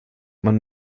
man